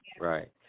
right